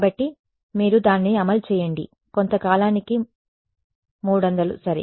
కాబట్టి అవును మీరు దానిని అమలు చేయండి కొంత కాలానికి 300 సరే